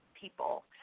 people